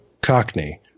Cockney